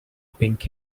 pink